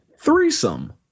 threesome